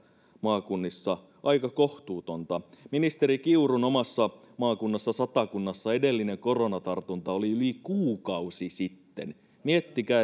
maakunnissa aika kohtuutonta ministeri kiurun omassa maakunnassa satakunnassa edellinen koronatartunta oli yli kuukausi sitten miettikää